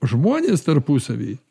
žmonės tarpusavy